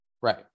Right